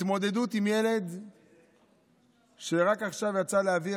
התמודדות עם ילד שרק עכשיו יצא לאוויר